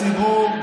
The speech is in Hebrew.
הציבור,